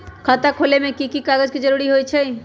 खाता खोले में कि की कागज के जरूरी होई छइ?